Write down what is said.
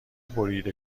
بریده